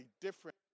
different